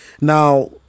Now